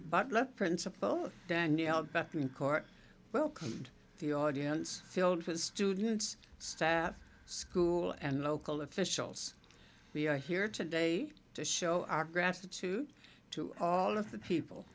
butler principal danielle betancourt welcomed the audience filled with students staff school and local officials we are here today to show our gratitude to all of the people